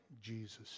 Jesus